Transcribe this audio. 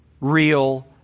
real